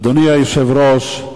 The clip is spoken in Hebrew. אדוני היושב-ראש,